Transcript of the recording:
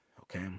Okay